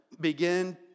Begin